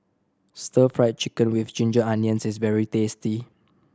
Stir Fry Chicken with ginger onions is very tasty